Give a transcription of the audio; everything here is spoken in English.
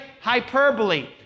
hyperbole